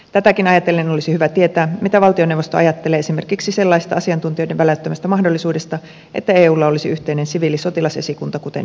tätäkin ajatellen olisi hyvä tietää mitä valtioneuvosto ajattelee esimerkiksi sellaisesta asiantuntijoiden väläyttämästä mahdollisuudesta että eulla olisi yhteinen siviili sotilasesikunta kuten on ykssa